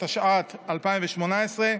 התשע"ט 2018,